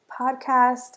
podcast